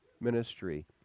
ministry